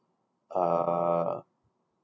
uh